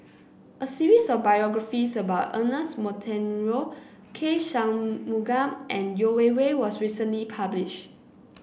a series of biographies about Ernest Monteiro K Shanmugam and Yeo Wei Wei was recently publish